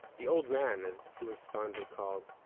the old man, as he was fondly called,